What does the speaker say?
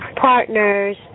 partners